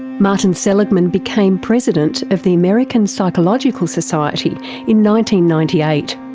martin seligman became president of the american psychological society in ninety ninety eight.